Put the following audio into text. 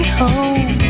home